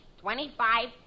Twenty-five